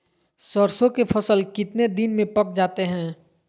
सरसों के फसल कितने दिन में पक जाते है?